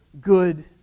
good